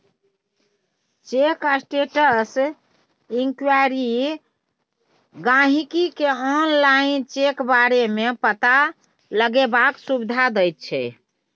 cheque status enquiry गाहिंकी केँ online check बारे मे पता लगेबाक सुविधा दैत छै